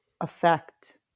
affect